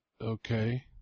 Okay